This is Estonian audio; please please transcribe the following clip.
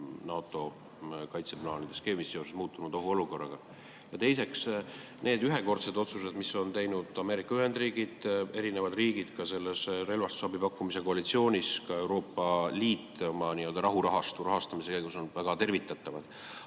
NATO kaitseplaanide skeemis seoses muutunud ohuolukorraga. Ja teiseks, need ühekordsed otsused, mis on teinud Ameerika Ühendriigid, eri riigid selles relvastusabi pakkumise koalitsioonis, ka Euroopa Liit oma rahurahastu rahastamise käigus, on väga tervitatavad.